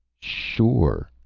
sure.